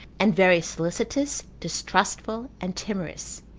and very solicitous, distrustful, and timorous,